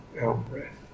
out-breath